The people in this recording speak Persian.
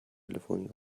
تلفنی